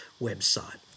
website